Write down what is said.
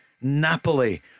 Napoli